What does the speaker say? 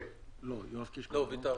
ויתרתי.